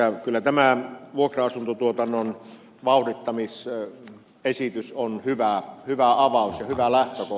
kyllä tämä vuokra asuntotuotannon vauhdittamisesitys on hyvä avaus ja hyvä lähtökohta